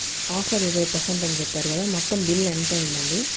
offer ఇరవై percent అని చెప్పారు కదా మొత్తం బిల్ ఎంత అయ్యిందండి